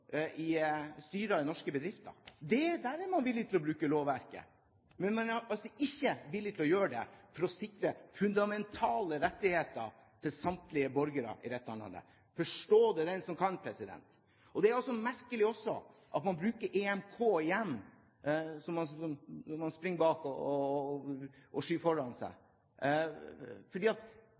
i styrer i norske bedrifter. Der er man villig til å bruke lovverket, men man er ikke villig til å gjøre det for å sikre fundamentale rettigheter til alle borgere i dette landet. Forstå det den som kan! Det er også merkelig at man bruker EMK igjen – man springer bak og skyver den foran seg,